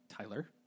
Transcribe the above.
Tyler